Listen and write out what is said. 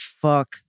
fuck